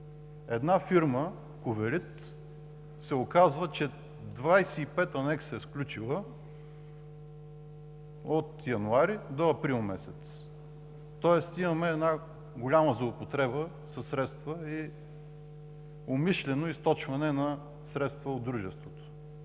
Една фирма „Ковелит“ се оказва, че е сключила 25 анекса от януари до април месец, тоест имаме една голяма злоупотреба със средства и умишлено източване на средства от дружеството.